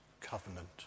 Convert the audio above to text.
covenant